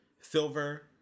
Silver